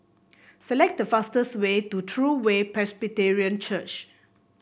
select the fastest way to True Way Presbyterian Church